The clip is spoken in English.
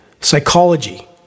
psychology